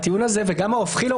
הטיעון הזה וגם ההופכי לו,